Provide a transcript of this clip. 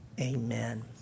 amen